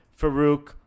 Farouk